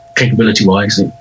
capability-wise